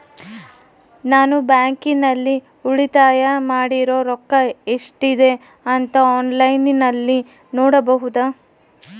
ನಾನು ಬ್ಯಾಂಕಿನಲ್ಲಿ ಉಳಿತಾಯ ಮಾಡಿರೋ ರೊಕ್ಕ ಎಷ್ಟಿದೆ ಅಂತಾ ಆನ್ಲೈನಿನಲ್ಲಿ ನೋಡಬಹುದಾ?